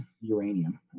uranium